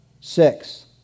Six